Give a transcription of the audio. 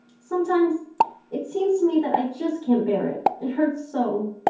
sometimes it seems to me that i just can't bear it, it hurts so.